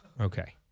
Okay